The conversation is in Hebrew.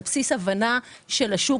על בסיס הבנה של השוק.